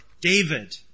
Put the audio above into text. David